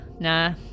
nah